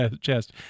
chest